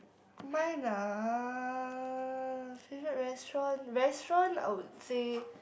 mine lah favorite restaurant restaurant I would say